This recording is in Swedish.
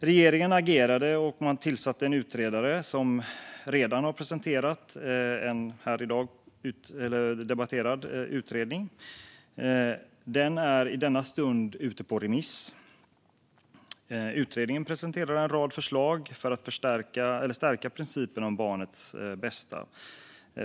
Regeringen agerade och tillsatte en utredare som redan har presenterat en här i dag debatterad utredning. Utredningen är i denna stund ute på remiss och presenterar en rad förslag för att stärka principen om barnets bästa.